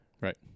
Right